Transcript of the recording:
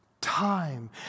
Time